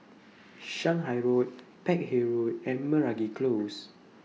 Shanghai Road Peck Hay Road and Meragi Close